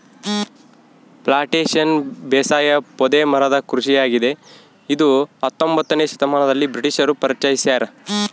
plantation ಬೇಸಾಯ ಪೊದೆ ಮರದ ಕೃಷಿಯಾಗಿದೆ ಇದ ಹತ್ತೊಂಬೊತ್ನೆ ಶತಮಾನದಲ್ಲಿ ಬ್ರಿಟಿಷರು ಪರಿಚಯಿಸ್ಯಾರ